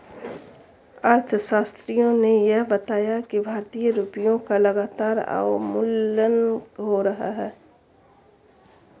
अर्थशास्त्रियों ने यह बताया कि भारतीय रुपयों का लगातार अवमूल्यन हो रहा है